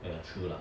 ya true lah